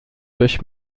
durch